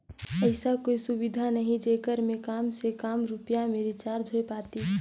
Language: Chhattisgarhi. ऐसा कोई सुविधा नहीं जेकर मे काम से काम रुपिया मे रिचार्ज हो पातीस?